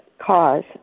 cause